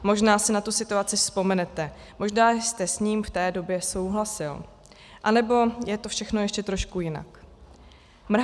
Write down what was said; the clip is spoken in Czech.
Možná si na tu situaci vzpomenete, možná jste s ním v té době souhlasil, anebo je to všechno ještě trošku jinak.